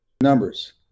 numbers